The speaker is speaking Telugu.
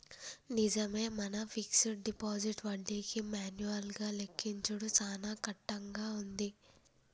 నిజమే మన ఫిక్స్డ్ డిపాజిట్ వడ్డీకి మాన్యువల్ గా లెక్కించుడు సాన కట్టంగా ఉంది